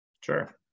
Sure